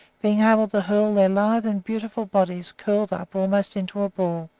being able to hurl their lithe and beautiful bodies, curled up almost into a ball,